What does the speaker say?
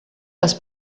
les